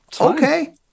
Okay